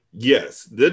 Yes